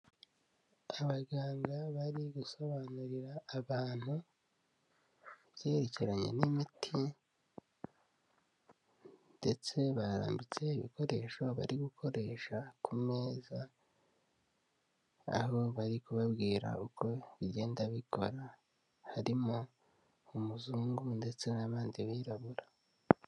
Abaganga bari gusobanurira abantu ibyerekeranye n'imiti ndetse barambitse ibikoresho bari gukoresha ku meza aho bari kubabwira uko bigenda bikora harimo umuzungu ndetse n'abandi birarabura.